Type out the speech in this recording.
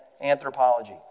anthropology